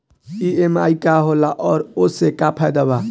EMI का होला और ओसे का फायदा बा?